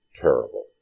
terrible